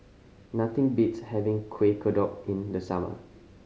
nothing beats having Kuih Kodok in the summer